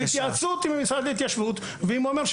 בהתייעצות עם המשרד להתיישבות ועם עומר,